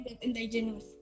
indigenous